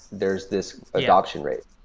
there's this adoption rate.